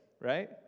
right